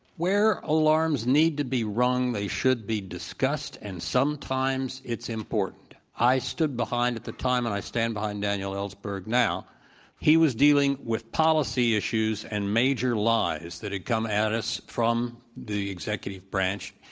where alarms need to be running, they should be discussed, and sometimes it's important. i stood behind at the time and i stand behind daniel ellsberg now he was dealing with policy issues and major lies that had come at us from the executive branch,